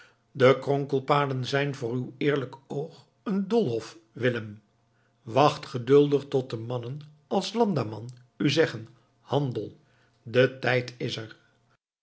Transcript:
de kronkelpaden zijn voor uw eerlijk oog een doolhof willem wacht geduldig tot mannen als de landamman u zeggen handel de tijd is er